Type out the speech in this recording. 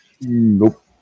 Nope